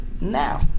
now